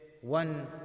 One